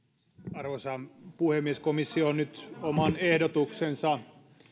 arvoisa puhemies komissio on nyt oman ehdotuksensa